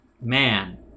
Man